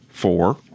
four